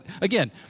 again